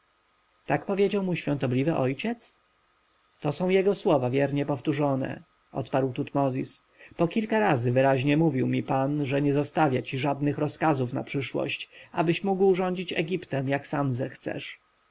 tak powiedział mój świątobliwy ojciec to są jego słowa wiernie powtórzone odparł tutmozis po kilka razy wyraźnie mówił mi pan że nie zostawia ci żadnych rozkazów na przyszłość abyś mógł rządzić egiptem jak sam zechcesz